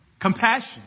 Compassion